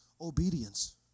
obedience